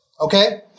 Okay